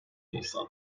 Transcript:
nisan